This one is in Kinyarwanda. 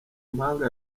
impanga